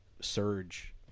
surge